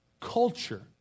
culture